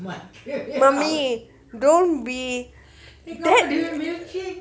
mummy don't be